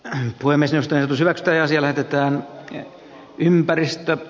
hän poimi jostain syvältä ja siellä ketään ympäristöä